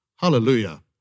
Hallelujah